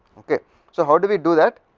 so how do we do that,